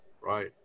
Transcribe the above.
Right